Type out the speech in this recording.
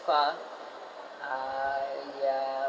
far uh ya